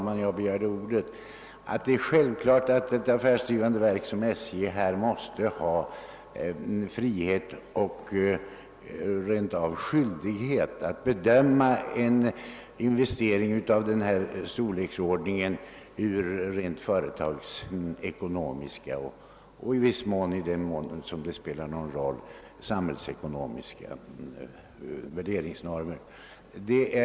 Men jag begärde ordet för att understryka att ett affärsdrivande verk som SJ självfallet måste ha frihet — ja, rent av har skyldighet — att bedöma en investering av denna storleksordning från strikt företagsekonomiska synpunkter och i viss mån, i den utsträckning det spelar en roll, enligt samhällsekonomiska värderingsnormer.